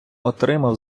отримав